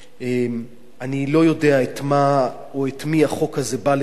אני לא יודע את מה או את מי החוק הזה בא לרצות.